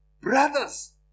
Brothers